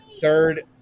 third